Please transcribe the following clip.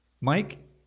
Mike